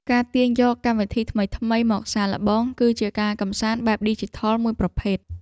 ការទាញយកកម្មវិធីថ្មីៗមកសាកល្បង គឺជាការកម្សាន្តបែបឌីជីថលមួយប្រភេទ។